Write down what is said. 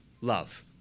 love